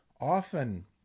often